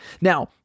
Now